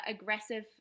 aggressive